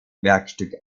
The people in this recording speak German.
werkstück